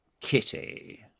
kitty